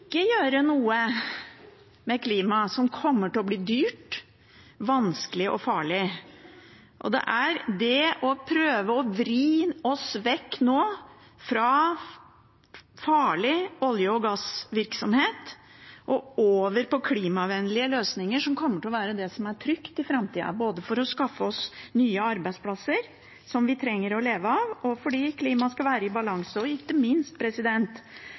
gjøre noe med klimaet som kommer til å bli dyrt, vanskelig og farlig, og det er det å prøve å vri oss vekk nå fra farlig olje- og gassvirksomhet og over på klimavennlige løsninger som kommer til å være det som er trygt i framtida, både for å skaffe oss nye arbeidsplasser som vi trenger å leve av, og for at klimaet skal være i balanse. Ikke minst